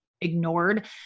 ignored